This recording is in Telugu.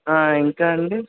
ఇంకా అండి